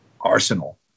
Arsenal